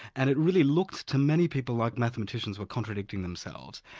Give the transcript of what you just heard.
and it really looked to many people like mathematicians were contradicting themselves,